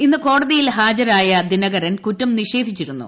ഇന്ന് കോടതിയിൽ ഹാജരായ ദിനകരൻ കുറ്റം നിഷേധിച്ചിരുന്നു